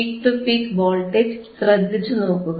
peak to peak voltage ശ്രദ്ധിച്ചുനോക്കുക